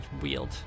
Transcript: wield